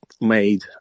made